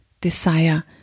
desire